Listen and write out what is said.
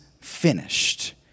finished